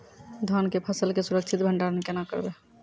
धान के फसल के सुरक्षित भंडारण केना करबै?